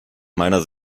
meiner